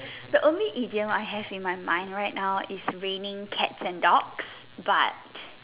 the only idiom I have in my mind right now is raining cat and dog but